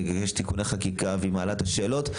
ויש תיקוני חקיקה והיא מעלה את השאלות.